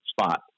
spot